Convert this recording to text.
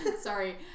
Sorry